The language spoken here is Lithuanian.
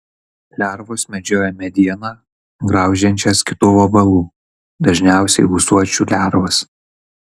lervos medžioja medieną graužiančias kitų vabalų dažniausiai ūsuočių lervas